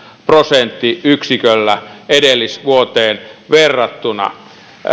prosenttiyksiköllä edellisvuoteen verrattuna